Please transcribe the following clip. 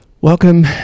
Welcome